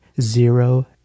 zero